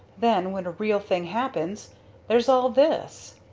then when a real thing happens there's all this!